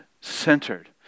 centered